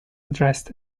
addressed